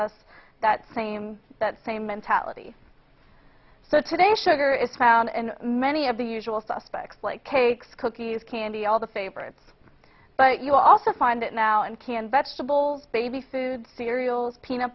us that same that same mentality so today sugar is found and many of the usual suspects like cakes cookies candy all the favorites but you also find it now in canned vegetables baby food cereals peanut